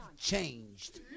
changed